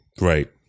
Right